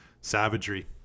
savagery